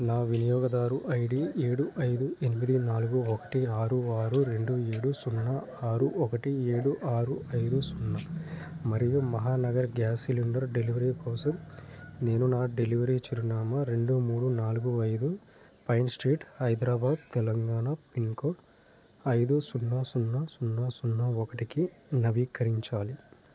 నా వినియోగదారు ఐడి ఏడు ఐదు ఎనిమిది నాలుగు ఒకటి ఆరు ఆరు రెండు ఏడు సున్నా ఆరు ఒకటి ఏడు ఆరు ఐదు సున్నా మరియు మహానగర్ గ్యాస్ సిలిండర్ డెలివరీ కోసం నేను నా డెలివరీ చిరునామా రెండు మూడు నాలుగు ఐదు Pine Street Hyderabad Telangana pin code ఐదు సున్నా సున్నా సున్నా సున్నా ఒకటికి నవీకరించాలి